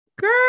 Girl